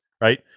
Right